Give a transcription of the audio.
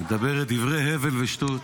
מדברת דברי הבל ושטות.